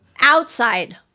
outside